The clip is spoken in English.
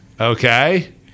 okay